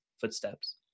footsteps